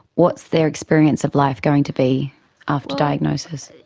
what's their experience of life going to be after diagnosis?